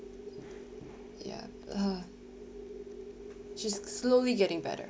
yup (uh huh) she's slowly getting better